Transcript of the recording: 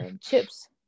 chips